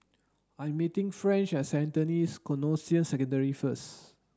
I am meeting French at Saint Anthony's Canossian Secondary first